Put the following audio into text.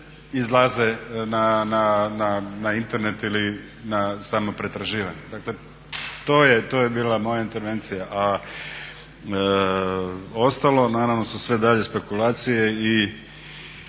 izlaze na Internet ili na samo pretraživanje. Dakle, to je bila moja intervencija. A ostalo naravno su sve dalje spekulacije i